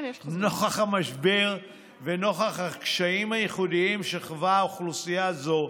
נוכח המשבר ונוכח הקשיים הייחודיים שחווה אוכלוסייה זו,